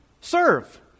Serve